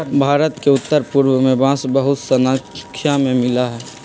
भारत के उत्तर पूर्व में बांस बहुत स्नाख्या में मिला हई